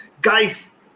Guys